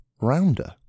rounder